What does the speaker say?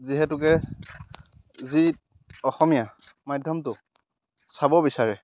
যিহেতুকে যি অসমীয়া মাধ্যমটো চাব বিচাৰে